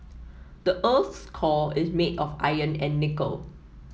the earth's core is made of iron and nickel